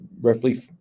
roughly